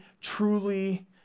truly